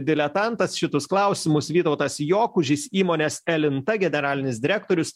diletantas šitus klausimus vytautas jokužys įmonės elinta generalinis direktorius